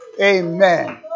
Amen